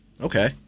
Okay